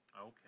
Okay